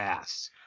ass